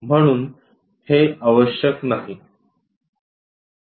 म्हणून हे आवश्यक नाही